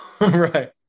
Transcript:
Right